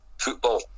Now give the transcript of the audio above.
football